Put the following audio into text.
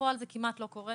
בפועל זה כמעט לא קורה.